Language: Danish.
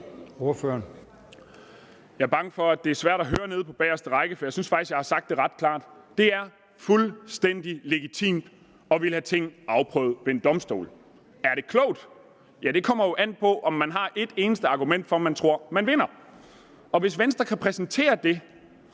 Jeg er bange for, at det er svært at høre nede på bageste række, for jeg synes faktisk, at jeg har sagt det ret klart. Det er fuldstændig legitimt at ville have ting afprøvet ved en domstol. Er det klogt? Det kommer jo an på, om man har ét eneste argument for, at man tror, at vi vinder. Hvis Venstre kan præsentere det,